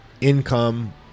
income